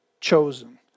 chosen